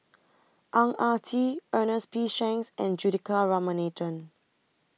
Ang Ah Tee Ernest P Shanks and Juthika Ramanathan